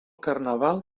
carnaval